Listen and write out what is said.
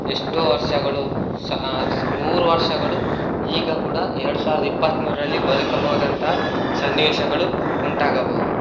ಎಷ್ಟೋ ವರ್ಷಗಳು ಸಹ ನೂರು ವರ್ಷಗಳು ಈಗ ಕೂಡ ಎರಡು ಸಾವಿರದ ಇಪ್ಪತ್ಮೂರರಲ್ಲಿ ಬದುಕಬೋದಂಥ ಸನ್ನಿವೇಶಗಳು ಉಂಟಾಗಬೋದು